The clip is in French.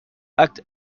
acte